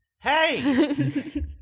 Hey